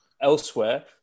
elsewhere